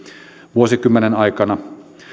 vuosikymmenen aikana